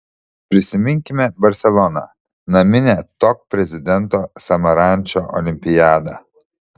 prisiminkime barseloną naminę tok prezidento samarančo olimpiadą